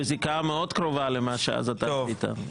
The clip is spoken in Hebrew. ההמלצה של הלשכה המשפטית היא לוועדת חוק,